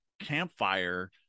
campfire